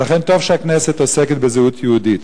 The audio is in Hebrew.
ולכן טוב שהכנסת עוסקת בזהות יהודית.